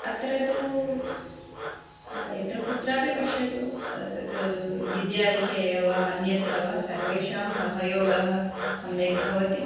अत्र तु यत्र कुत्रापि पश्यतु तत् विद्या विषये वा अन्यत्र वा सर्वेषां सहयोगः सम्यक् भवति